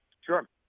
Sure